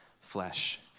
flesh